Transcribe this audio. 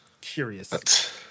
Curious